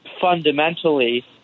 fundamentally